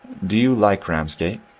do you like ramsg te?